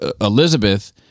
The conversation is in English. Elizabeth